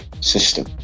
system